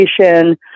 education